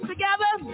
Together